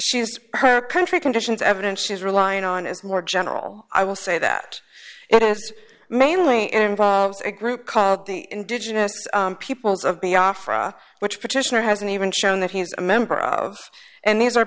she's her country conditions evidence she's relying on is more general i will say that it has mainly involved a group called the indigenous peoples of the africa which petitioner hasn't even shown that he is a member of and these are